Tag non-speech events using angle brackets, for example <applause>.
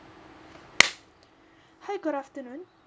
<noise> hi good afternoon